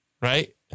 Right